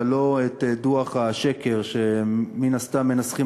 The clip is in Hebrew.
אבל לא את דוח השקר שמן הסתם מנסחים